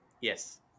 Yes